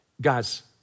Guys